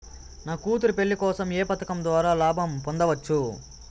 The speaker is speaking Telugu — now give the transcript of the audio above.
నా కూతురు పెళ్లి కోసం ఏ పథకం ద్వారా లాభం పొందవచ్చు?